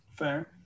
fair